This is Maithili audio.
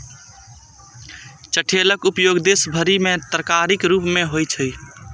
चठैलक उपयोग देश भरि मे तरकारीक रूप मे होइ छै